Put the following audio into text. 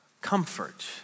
Comfort